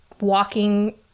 walking